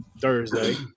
Thursday